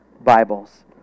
Bibles